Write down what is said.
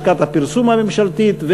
לשכת הפרסום הממשלתית,